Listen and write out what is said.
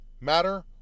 matter